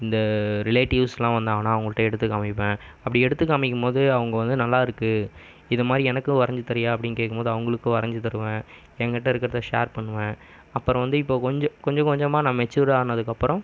இந்த ரிலேட்டிவுஸுலாம் வந்தாங்கன்னால் அவங்கள்ட்ட எடுத்து காமிப்பேன் அப்படி எடுத்து காமிக்கும்போது அவங்க வந்து நல்லாருக்குது இது மாதிரி எனக்கும் வரைஞ்சி தரியா அப்படின்னு கேட்கும் போது அவங்களுக்கும் வரைஞ்சி தருவேன் என் கிட்ட இருக்கிறத ஷேர் பண்ணுவேன் அப்பறோம் வந்து இப்போ கொஞ்ச கொஞ்சமாக நான் மெச்சுர் ஆனதுக்கு அப்பறம்